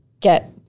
get